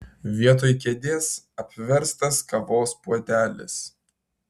vietoj kėdės apverstas kavos puodelis